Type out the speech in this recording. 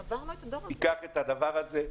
ייקחו את הדבר הזה,